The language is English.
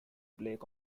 blake